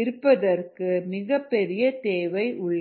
இருப்பதற்கு மிகப்பெரிய தேவை உள்ளது